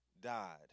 died